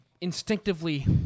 instinctively